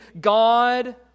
God